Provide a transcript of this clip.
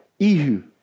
Ihu